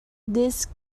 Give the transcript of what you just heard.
these